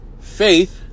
Faith